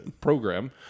program